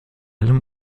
allem